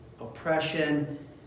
Oppression